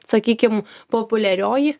sakykim populiarioji